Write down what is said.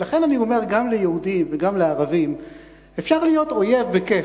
ולכן אני אומר גם ליהודים וגם לערבים שאפשר להיות אויב בכיף,